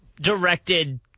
directed